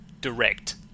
direct